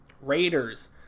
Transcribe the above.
Raiders